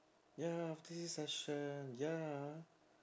ya after this session ya